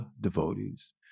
devotees